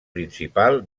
principal